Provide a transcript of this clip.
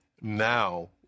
Now